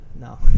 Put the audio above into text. no